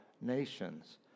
nations